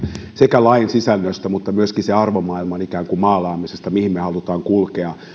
sekä lain sisällöstä ja myöskin sen arvomaailman ikään kuin maalaamisesta mihin me haluamme kulkea